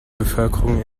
bevölkerung